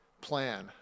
plan